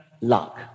luck